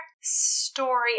story